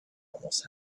almost